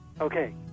okay